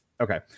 Okay